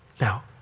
Now